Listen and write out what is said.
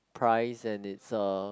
price and it's uh